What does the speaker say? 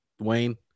Dwayne